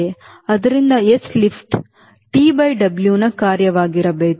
ಆದ್ದರಿಂದ s lift TW ನ ಕಾರ್ಯವಾಗಿರಬೇಕು